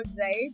right